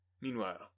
Meanwhile